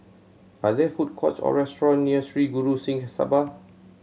are there food courts or restaurant near Sri Guru Singh Sabha